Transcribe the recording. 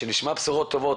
שנשמע בשורות טובות.